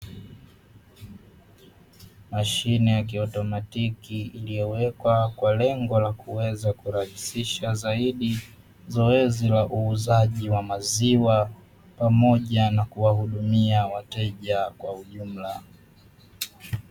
Mashine ya kiautomatiki iliyowekwa kwa lengo la kuweza kurahisisha zaidi zoezi la uuzaji wa maziwa, pamoja na kuwahudumia wateja kwa ujumla.